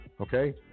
Okay